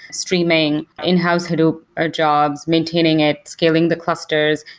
streaming, in-house hadoop, our jobs, maintaining it, scaling the clusters,